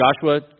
Joshua